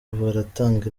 baratanga